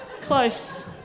Close